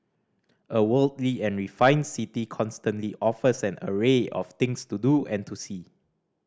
a worldly and refined city constantly offers an array of things to do and to see